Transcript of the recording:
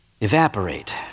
Evaporate